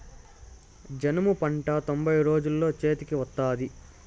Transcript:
జనుము పంట తొంభై రోజుల్లో చేతికి వత్తాది